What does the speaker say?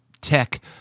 tech